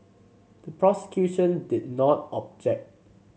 the prosecution did not object